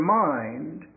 mind